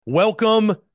Welcome